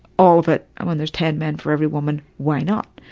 all of it. and when there's ten men for every woman, why not?